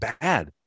bad